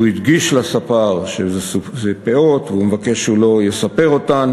הדגיש לספר שאלה פאות וביקש שהוא לא יספר אותן.